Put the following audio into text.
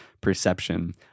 perception